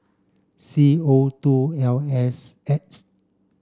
C O two L S X